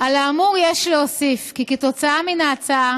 על האמור יש להוסיף כי כתוצאה מן ההצעה